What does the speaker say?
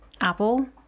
Apple